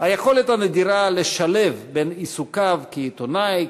היכולת הנדירה לשלב את עיסוקיו כעיתונאי,